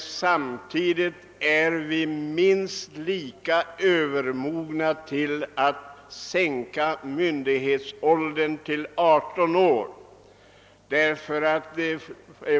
Samtidigt är vi minst lika övermogna till att sänka myndighetsåldern till 18 år.